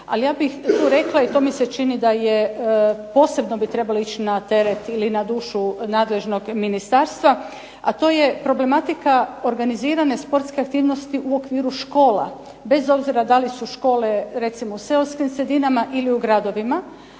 Ali ja bih tu rekla i tu mi se čini da je posebno bi trebalo ići na teret ili na dušu nadležnog ministarstva, a to je problematika organizirane sportske aktivnosti u okviru škola. Bez obzira da li su škole u seoskim sredinama ili u gradovima.